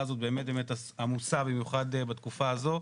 הזאת באמת עמוסה במיוחד בתקופה הזאת,